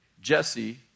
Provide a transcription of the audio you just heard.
Jesse